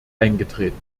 eingetreten